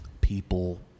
people